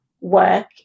work